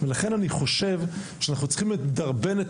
ולכן אני חושב שאנחנו צריכים לדרבן את